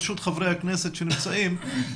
ברשות חברי הכנסת שנמצאים,